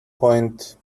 point